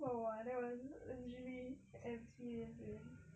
oh !wah! that was really an experience man